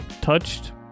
touched